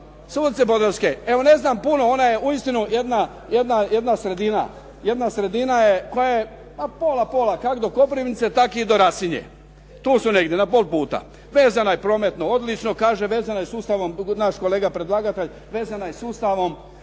Subotice Podravske, evo ne znam puno. Ona je uistinu jedna sredina koja je pola, pola, kako do Koprivnice tako i do Rasinje tu su negdje na pola puta. Vezana je prometno odlično, kaže vezana je sustavom naš kolega predlagatelj, vezana je sustavom